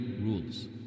rules